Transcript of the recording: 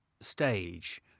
stage